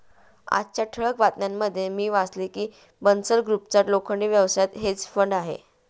आजच्या ठळक बातम्यांमध्ये मी वाचले की बन्सल ग्रुपचा लोखंड व्यवसायात हेज फंड आहे